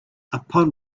upon